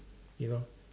you know